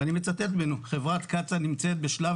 ואני מצטט ממנו: חברת קצא"א נמצאת בשלב